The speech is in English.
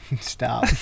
stop